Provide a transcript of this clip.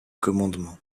commandement